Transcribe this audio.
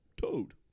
toad